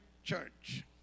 church